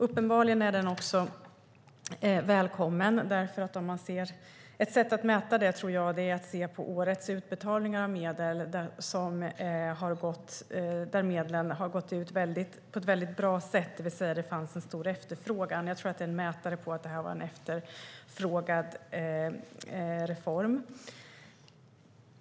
Uppenbarligen är den satsningen välkommen. Ett sätt att mäta det är att se på årets utbetalningar av medel. Medlen har gått ut på ett bra sätt, det vill säga att det fanns en stor efterfrågan. Jag tror att det är en mätare på att det här var en efterfrågad reform.